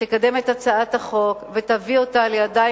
תקדם את הצעת החוק ותביא אותה לידיים